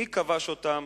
מי כבש אותם?